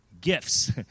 gifts